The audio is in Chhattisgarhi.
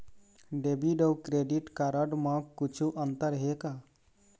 डेबिट अऊ क्रेडिट कारड म कुछू अंतर हे का?